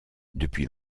depuis